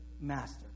master